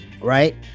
right